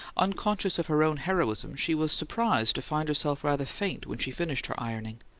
unconscious of her own heroism, she was surprised to find herself rather faint when she finished her ironing.